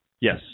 Yes